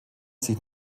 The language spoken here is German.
sich